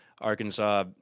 Arkansas